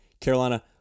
Carolina